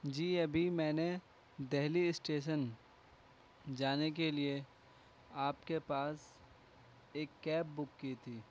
جی ابھی میں نے دہلی اسٹیشن جانے کے لیے آپ کے پاس ایک کیب بک کی تھی